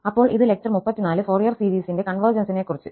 അപ്പോൾ ഇത് lecture 34 Fourier സീരീസിന്റെ കൺവെർജൻസിനെക്കുറിച്